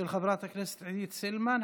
של חברת הכנסת עידית סילמן,